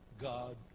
God